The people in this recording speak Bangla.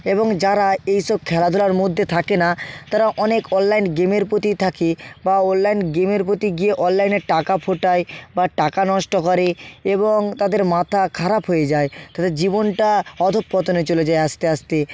এবং যারা এইসব খেলাধুলার মধ্যে থাকে না তারা অনেক অনলাইন গেমের প্রতি থাকে ব অনলাইন গেমের পোতি গিয়ে অনলাইনে টাকা ফোটায় বা টাকা নষ্ট করে এবং তাদের মাথা খারাপ হয়ে যায় তাদের জীবনটা অধঃপতনে চলে যায় আস্তে আস্তে